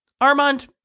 Armand